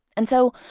and so,